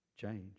Change